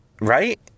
Right